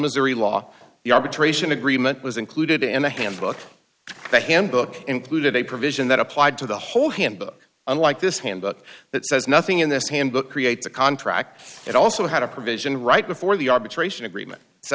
missouri law the arbitration agreement was included in the handbook that handbook included a provision that applied to the whole handbook unlike this handbook that says nothing in this handbook creates a contract it also had a provision right before the arbitration agreement s